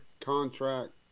contract